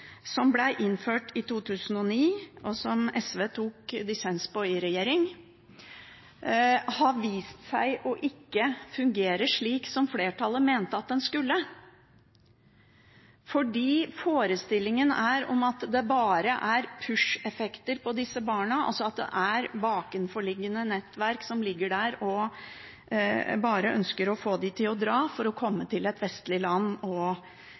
som ble innført i 2009, og som SV tok dissens på i regjering, har vist seg ikke å fungere slik som flertallet mente at den skulle, fordi forestillingen er at det bare er push-effekter på disse barna, altså at det er bakenforliggende nettverk som ligger der og bare ønsker å få dem til å dra for å komme til et vestlig land